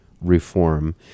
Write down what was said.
reform